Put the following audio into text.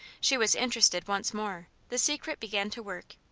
she was interested once more the secret began to work.